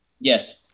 Yes